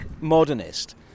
modernist